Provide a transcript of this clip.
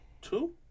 Two